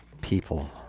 people